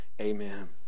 amen